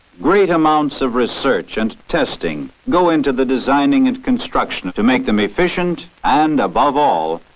great amounts of research and testing go into the design and and construction to make them efficient, and above all,